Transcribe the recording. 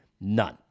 None